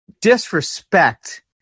disrespect